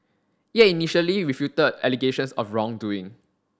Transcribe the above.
it initially refuted allegations of wrongdoing